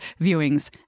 viewings